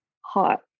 hot